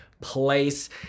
place